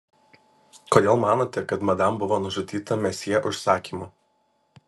kodėl manote kad madam buvo nužudyta mesjė užsakymu